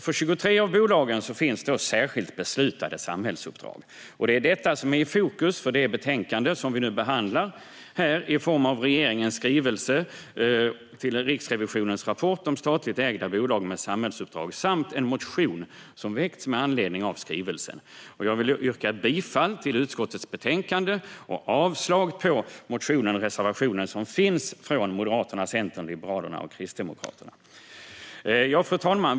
För 23 av bolagen finns det särskilt beslutade samhällsuppdrag, och det är detta som är i fokus för det betänkande som vi nu behandlar i form av regeringens skrivelse 2017/18:172 Riksrevisionens rapport om statliga ägda bolag med samhällsuppdrag samt en motion som väckts med anledning av skrivelsen. Jag vill yrka bifall till utskottets förslag i betänkandet och avslag på motionen och reservationen från Moderaterna, Centerpartiet, Liberalerna och Kristdemokraterna. Fru talman!